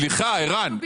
ערן,